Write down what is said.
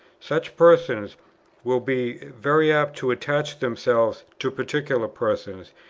such persons will be very apt to attach themselves to particular persons,